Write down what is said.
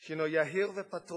שהוא יהיר ופטרוני,